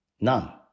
None